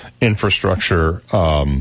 infrastructure